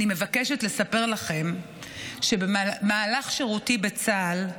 אני מבקשת לספר לכם שבמהלך שירותי בצה"ל,